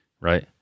Right